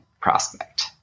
prospect